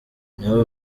niho